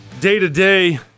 day-to-day